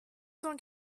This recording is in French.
cent